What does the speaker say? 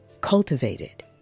cultivated